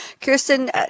Kirsten